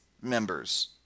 members